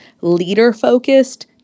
leader-focused